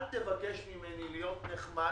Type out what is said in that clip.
אל תבקש ממני להיות נחמד